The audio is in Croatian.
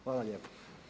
Hvala lijepo.